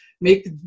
make